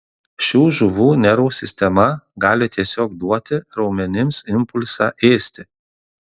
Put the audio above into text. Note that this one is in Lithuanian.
šių žuvų nervų sistema gali tiesiog duoti raumenims impulsą ėsti